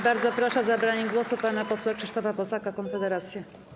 Bardzo proszę o zabranie głosu pana posła Krzysztofa Bosaka, Konfederacja.